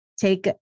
take